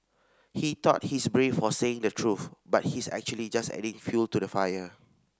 he thought he's brave for saying the truth but he's actually just adding fuel to the fire